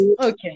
Okay